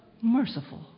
merciful